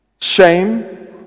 shame